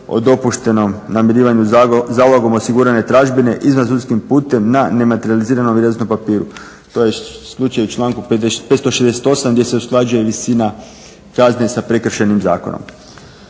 o dopuštenom namirivanju zalogom osigurane tražbine izvansudskim putem na nematerijaliziranom vrijednosnom papiru. To je isključivo u članku 568. gdje se usklađuje visina kazne sa Prekršajnim zakonom.